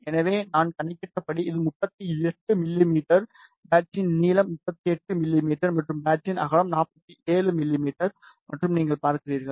எனவே நான் கணக்கிட்டபடி இது 38 மிமீ பேட்சின் நீளம் 38 மிமீ மற்றும் பேட்சின் அகலம் 47 மிமீ மற்றும் நீங்கள் பார்க்கிறீர்கள்